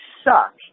suck